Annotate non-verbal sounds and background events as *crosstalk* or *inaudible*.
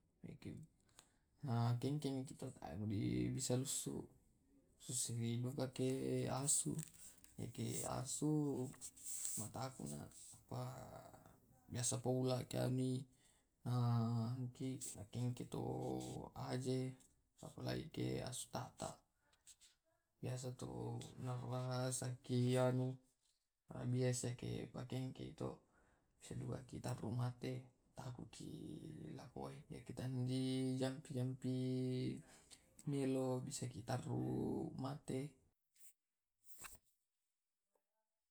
Lao ma bela ku mendaki mendaki *hesitation* tu serigala biasa to tu natontongiki bisa saja menewa *unintelligible* te sana menyewa ategi tu pergi langsung, langsung, na teteiki buah mateki itu mateki itu teai bisa diselamatkan ki jadi to ula, bai, asu, waji, silong harimau itu kutaku mate ngasengki itu. *unintelligible*